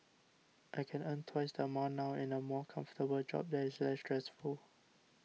I can earn twice the amount now in a more comfortable job that is less stressful